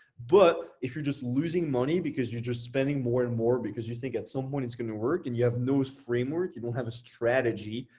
but if you're just losing money, because you're just spending more and more because you think at some point, it's gonna work and you have no framework, you don't have a strategy,